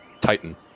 titan